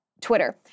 Twitter